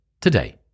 today